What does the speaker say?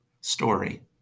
story